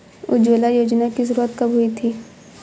उज्ज्वला योजना की शुरुआत कब हुई थी?